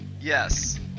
Yes